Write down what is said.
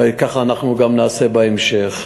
וככה אנחנו גם נעשה בהמשך.